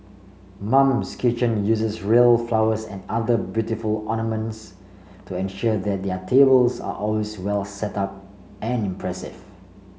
mum's kitchen uses real flowers and other beautiful ornaments to ensure that their tables are always well setup and impressive